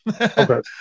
Okay